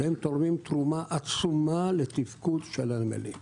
שהם תורמים תרומה עצומה לתפקוד של הנמלים.